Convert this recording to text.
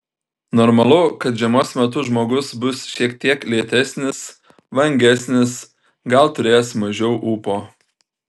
normalu kad žiemos metu žmogus bus šiek tiek lėtesnis vangesnis gal turės mažiau ūpo